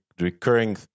recurring